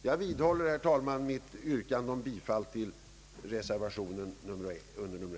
Jag vidhåller, herr talman, mitt yrkande om bifall till reservation 1.